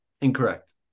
Incorrect